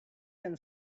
been